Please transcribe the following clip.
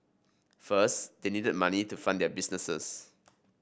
first they needed money to fund their business